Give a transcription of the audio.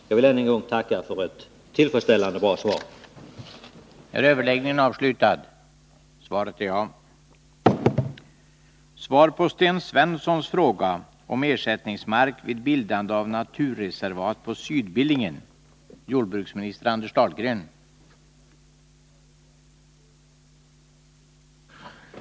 Jag vill än en gång tacka för ett mycket tillfredsställande svar.